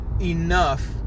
enough